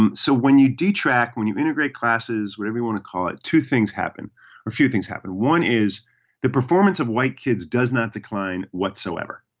um so when you track when you integrate classes whatever we want to call it two things happen a few things happen one is the performance of white kids does not decline whatsoever.